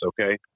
okay